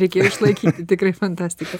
reikėjo išlaikyti tikrai fantastika